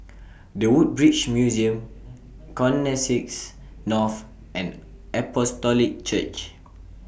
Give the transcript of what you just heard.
The Woodbridge Museum Connexis North and Apostolic Church